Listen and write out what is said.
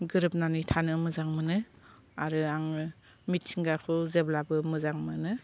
गोरोबनानै थानो मोजां मोनो आरो आङो मिथिंगाखौ जेब्लाबो मोजांं मोनो